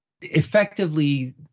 effectively